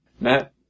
Matt